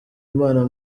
imana